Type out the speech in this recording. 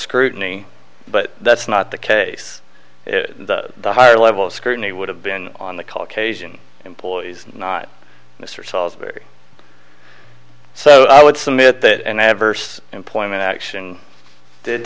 scrutiny but that's not the case the higher level of scrutiny would have been on the caucasian employees not mr salisbury so i would submit that an adverse employment action did